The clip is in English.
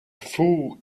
fool